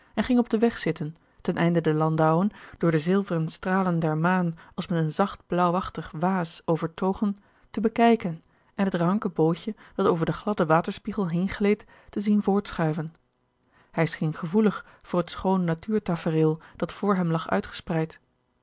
en ging op den weg zitten ten einde de landouwen door de zilveren stralen der maan als met een zacht blaauwachtig waas overtogen te bekijken en het ranke bootje dat over den gladden waterspiegel heen gleed te zien voortschuiven hij scheen gevoelig voor het schoon natuurtafereel dat voor hem lag uitgespreid